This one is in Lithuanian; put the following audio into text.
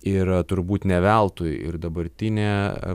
ir turbūt ne veltui ir dabartinė